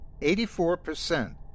84%